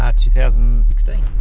ah two thousand and sixteen.